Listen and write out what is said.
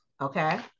Okay